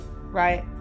right